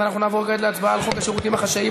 אז אנחנו נעבור כעת להצבעה על חוק השירותים החשאיים,